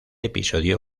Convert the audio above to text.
episodio